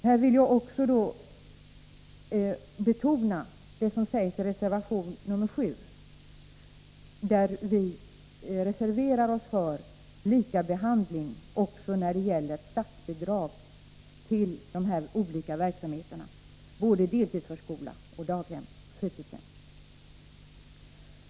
Här vill jag också betona det som sägs i reservation 7, där vi reserverar oss för lika behandling när det gäller statsbidrag till de olika verksamheterna, såväl deltidsförskolor som daghem och fritidshem.